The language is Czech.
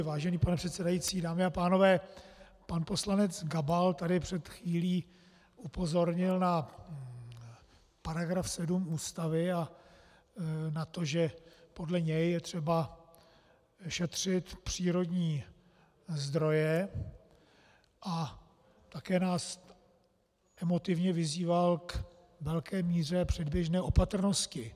Vážený pane předsedající, dámy a pánové, pan poslanec Gabal tady před chvílí upozornil na § 7 Ústavy a na to, že podle něj je třeba šetřit přírodní zdroje, a také nás emotivně vyzýval k velké míře předběžné opatrnosti.